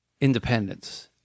independence